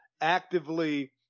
actively